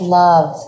love